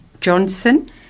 Johnson